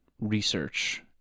research